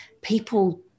people